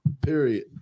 Period